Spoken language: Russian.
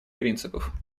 принципов